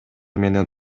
менен